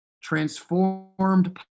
transformed